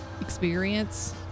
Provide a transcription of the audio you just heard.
experience